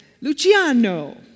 Luciano